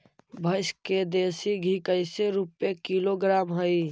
भैंस के देसी घी कैसे रूपये किलोग्राम हई?